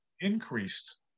increased